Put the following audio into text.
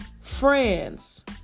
friends